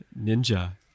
ninja